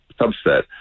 subset